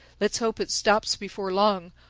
let's hope it stops before long,